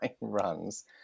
runs